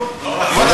מה,